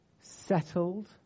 settled